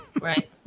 Right